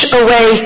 away